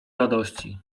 radości